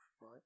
right